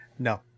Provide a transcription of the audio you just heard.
No